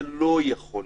זה לא יכול להיות.